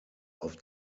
auf